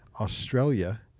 australia